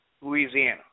Louisiana